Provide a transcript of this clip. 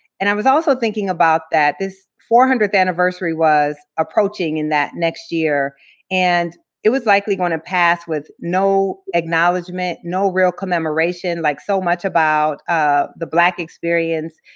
and i was also thinking about that this four hundredth anniversary was approaching in that next year and it was likely gonna pass with no acknowledgment, no real commemoration. like so much about ah the black experience,